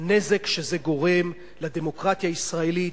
הנזק שזה גורם לדמוקרטיה הישראלית,